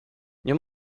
nie